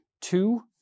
two